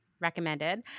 recommended